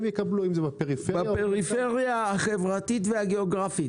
הם יקבלו את זה- -- בפריפריה החברתית והגיאוגרפית.